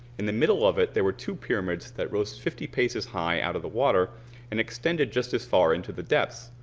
in the middle of it, there were two pyramids that rose fifty paces high out of the water and extended just as far into into the depths.